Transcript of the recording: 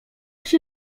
się